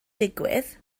digwydd